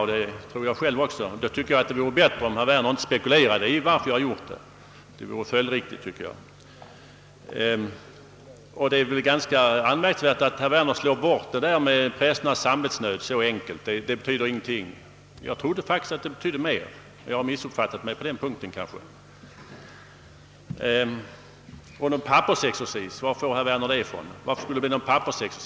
Ja det gör jag, och det vore därför följdriktigare om herr Werner inte hemföll åt spekulerande över detta. Det är anmärkningsvärt att herr Werner slår bort argumentet om prästernas samvetsnöd så lätt och säger att det inte betyder någonting. Jag trodde faktiskt att det betydde mer, men jag har kanske missuppfattat den saken. Varifrån får herr Werner uppfattningen att det skulle bli pappersexercis?